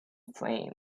fame